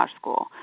school